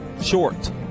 short